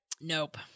nope